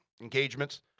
engagements